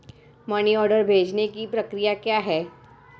Money order भेजने की प्रक्रिया क्या है?